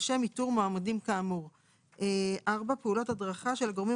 לשם איתור מועמדים כאמור; פעולות הדרכה של הגורמים